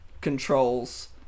controls